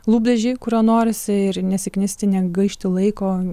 lūpdažį kurio norisi ir nesiknisti negaišti laiko